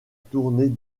tournée